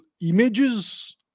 images